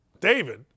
David